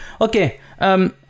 Okay